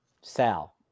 Sal